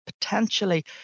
potentially